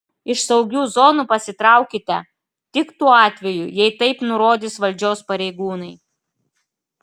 iš saugių zonų pasitraukite tik tuo atveju jei taip nurodys valdžios pareigūnai